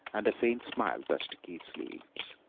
and a faint smile touched keith's lips.